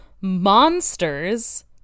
monsters